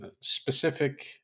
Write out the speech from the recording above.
specific